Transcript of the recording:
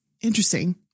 Interesting